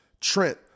Trent